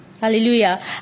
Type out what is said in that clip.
hallelujah